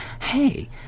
Hey